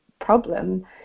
problem